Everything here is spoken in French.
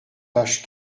pages